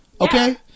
Okay